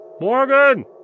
Morgan